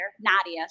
Nadia